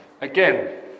Again